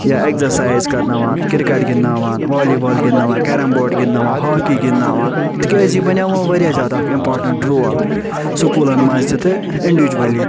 یا ایٚگزاسایز کرناوان کرکٹ گِندناوان والی بال گِندناوان کیٚرم بورڈ گِندناوان ہاکی گِندناوان تِکیٚازِ یہ بنیٛاو وۄنۍ واریاہ زیادٕ اَکھ امپارٹیٚنٹہٕ رول سُکولن منٛز تہِ تہٕ انڈوِجؤلی تہٕ